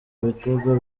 bitego